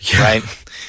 right